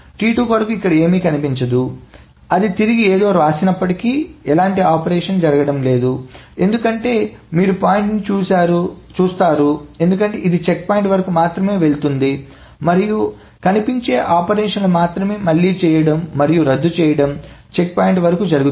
T2 కొరకు ఇక్కడ ఏమీ కనిపించదు కాబట్టి అది తిరిగి ఏదో వ్రాసినప్పటికీ ఎలాంటి ఆపరేషన్ల జరగడం లేదు ఎందుకంటే మీరు పాయింట్ని చూస్తారు ఎందుకంటే ఇది చెక్ పాయింట్ వరకు మాత్రమే వెళుతుంది మరియు కనిపించే ఆపరేషన్లను మాత్రమే మళ్లీ చేయడం మరియు రద్దు చేయడం చెక్ పాయింట్ వరకు జరుగుతుంది